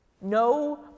no